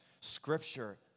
scripture